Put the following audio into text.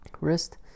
wrist